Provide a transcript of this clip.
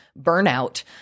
burnout